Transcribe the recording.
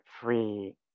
free